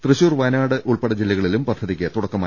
തൃശൂർ വയനാട് ഉൾപ്പെടെ ജില്ല കളിലും പദ്ധതിക്ക് തുടക്കമായി